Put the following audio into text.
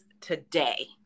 today